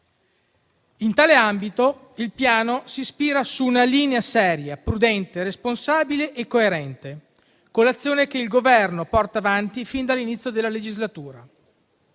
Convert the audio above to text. In tale ambito, il Piano si ispira a una linea seria, prudente e responsabile e coerente, con l'azione che il Governo porta avanti fin dall'inizio della legislatura,